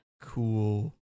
cool